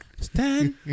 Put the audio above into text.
Stand